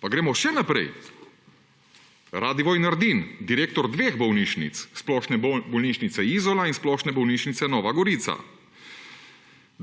Pa gremo še naprej. Radivoj Nardin, direktor dveh bolnišnic, Splošne bolnišnice Izola in Splošne bolnišnice Nova Gorica: